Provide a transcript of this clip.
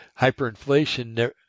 Hyperinflation